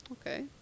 Okay